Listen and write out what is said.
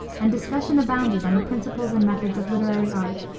and discussion abounded on the principles and methods of literary art.